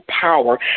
power